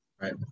right